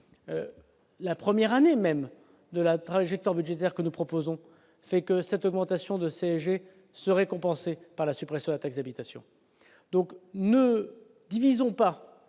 La première année de la trajectoire budgétaire que nous proposons, cette augmentation de CSG serait compensée par la suppression de la taxe d'habitation. Ne divisons pas